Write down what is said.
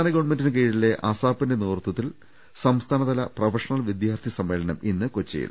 സംസ്ഥാന ഗവൺമെന്റിന് കീഴിലെ അസാപിന്റെ നേതൃത്വ ത്തിന്റെ സംസ്ഥാനതല പ്രൊഫഷണൽ വിദ്യാർത്ഥി സമ്മേളനം ഇന്ന് കൊച്ചിയിൽ